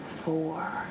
four